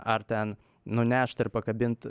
ar ten nunešt ir pakabint